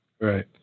Right